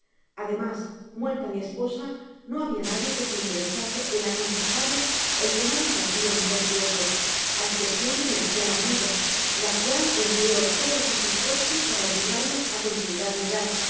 ademas muerta mi esposa no habia nadie que se interesase en aconsejarme el tomar un partido mejor que otro á escepcion de mi anciana viuda la cual empleó todos sus esfuerzos para obligarme á considerar mi edad